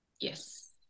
Yes